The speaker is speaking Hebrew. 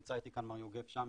נמצא איתי כאן מר יוגב שמני,